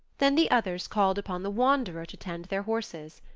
then the others called upon the wanderer to tend their horses.